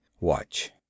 Watch